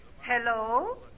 Hello